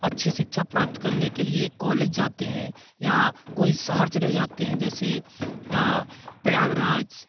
अच्छी शिक्षा प्राप्त करने के लिए कॉलेज जाते हैं या कोई शहर चले जाते हैं जैसे प्रयागराज